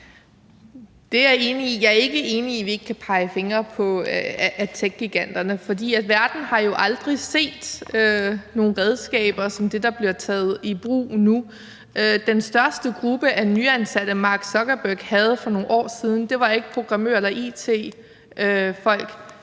Jeg er ikke enig i, at vi ikke kan pege fingre ad techgiganterne, for verden har jo aldrig set nogle redskaber som dem, der bliver taget i brug nu. Den største gruppe nyansatte, Mark Zuckerberg havde for nogle år siden, var ikke programmører eller it-folk;